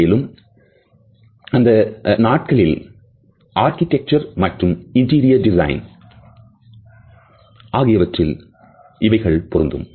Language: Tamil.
மேலும் இந்நாட்களில் ஆர்க்கிடெக்சர் மற்றும் இன்டீரியர் டிசைன் ஆகியவற்றிற்கும் இவைகள் பொருந்தும்